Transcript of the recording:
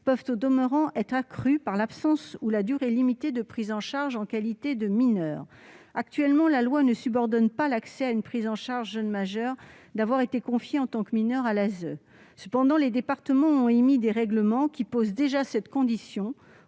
peuvent au demeurant être accrues par l'absence ou la durée limitée de prise en charge en qualité de mineur. Actuellement, la loi ne subordonne pas l'accès à une prise en charge jeune majeur au fait d'avoir été confié en tant que mineur à l'ASE. Cependant, les départements ont émis des règlements qui posent déjà cette condition,